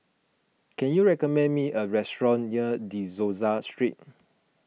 can you recommend me a restaurant near De Souza Street